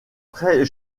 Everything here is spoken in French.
très